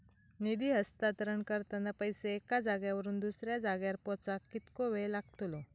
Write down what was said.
निधी हस्तांतरण करताना पैसे एक्या जाग्यावरून दुसऱ्या जाग्यार पोचाक कितको वेळ लागतलो?